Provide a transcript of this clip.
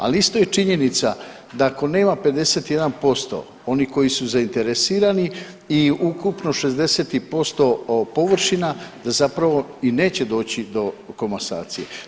Ali isto je činjenica da ako nema 51% oni koji su zainteresirani i ukupno 60% površina, da zapravo i neće doći do komasacije.